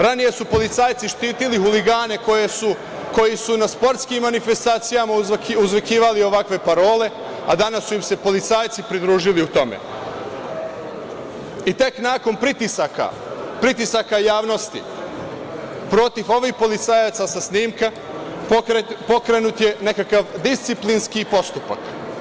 Ranije su policajci štitili huligane koji su na sportskim manifestacijama uzvikivali ovakve parole, a danas su im se policajci pridružili u tome i tek nakon pritisaka javnosti, protiv ovih policajaca sa snimka pokrenut je nekakav disciplinski postupak.